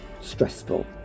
stressful